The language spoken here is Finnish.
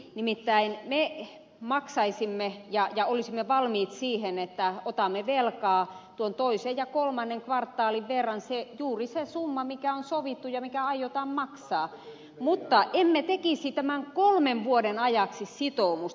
nimittäin me maksaisimme ja olisimme valmiit siihen että otamme velkaa tuon toisen ja kolmannen kvartaalin verran juuri sen summan mikä on sovittu ja mikä aiotaan maksaa mutta emme tekisi tämän kolmen vuoden ajaksi sitoumusta